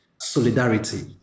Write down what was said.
solidarity